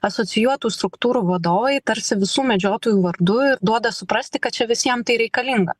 asocijuotų struktūrų vadovai tarsi visų medžiotojų vardu ir duoda suprasti kad čia visiem tai reikalinga